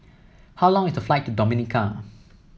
how long is the flight to Dominica